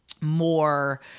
more